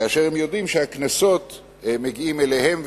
כאשר הן יודעות שהקנסות מגיעים אליהן,